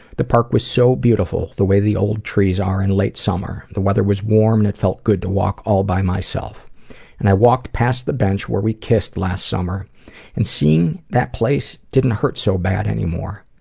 the park was so beautiful the way the old trees are in late summer. the weather was warm and it felt good to walk all by myself and i walked past the bench where we kissed last summer and seeing that place didn't hurt so bad anymore.